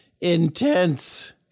intense